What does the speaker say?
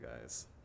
guys